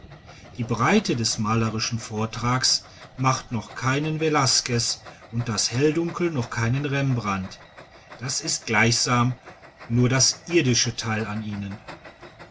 die breite des malerischen vortrags macht noch keinen velasquez und das helldunkel noch keinen rembrandt das ist gleichsam nur das irdische teil an ihnen